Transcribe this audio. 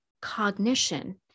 cognition